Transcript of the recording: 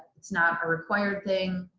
it's not a required thing.